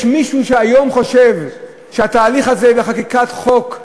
יש מישהו שהיום חושב שהתהליך הזה לחקיקת חוק,